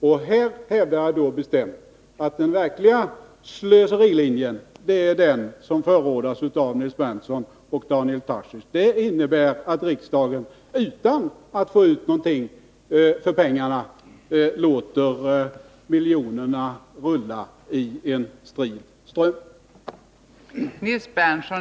Då hävdar jag bestämt att den verkliga slöserilinjen är den som förordas av Nils Berndtson och Daniel Tarschys. Det innebär att riksdagen utan att få ut någonting av pengarna låter miljonerna rulla i en strid ström.